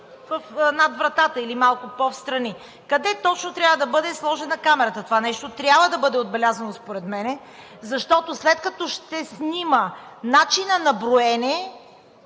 над вратата или малко по-встрани. Къде точно трябва да бъде сложена камерата? Това нещо трябва да бъде отбелязано според мен, защото след като ще снима начина на броене,